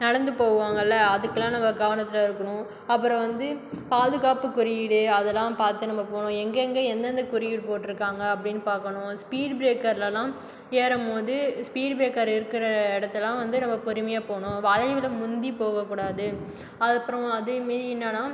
நடந்து போவாங்கள்ல அதுக்கெலாம் நம்ப கவனத்தில் இருக்கணும் அப்பறம் வந்து பாதுகாப்பு குறியீடு அதெலாம் பார்த்து நம்ப போகணும் எங்கெங்கே எந்தெந்த குறியீடு போட்டிருக்காங்க அப்படின்னு பார்க்கணும் ஸ்பீட் பிரேக்கர்லேலாம் றும்போது ஸ்பீட் பிரேக்கர் இருக்கிற இடத்தலாம் வந்து நம்ப பொறுமையாக போகணும் வளைவில் முந்தி போக கூடாது அதப்பறம் அதேமாரி என்னனால்